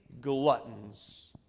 gluttons